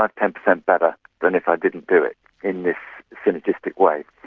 ten percent better than if i didn't do it in this synergistic way.